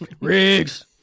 Riggs